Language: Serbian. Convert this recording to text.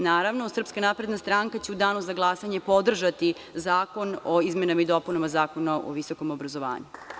Naravno, SNS će u Danu za glasanje podržati zakon o izmenama i dopunama Zakona o visokom obrazovanju.